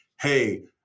hey